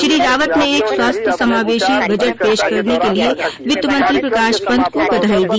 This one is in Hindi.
श्री रावत ने एक स्वस्थ समावेशी बजट पेश करने के लिए वित्तमंत्री प्रकाश पन्त को बधाई दी